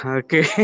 okay